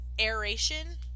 aeration